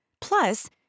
Plus